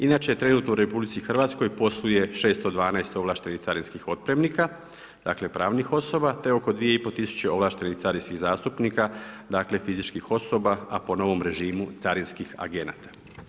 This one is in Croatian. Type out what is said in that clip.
Inače trenutno u RH posluje 612 ovlaštenih carinskih otpremnika, dakle pravnih osoba te oko 2,5 tisuće ovlaštenih carinskih zastupnika dakle fizičkih osoba a po novom režimu carinskih agenata.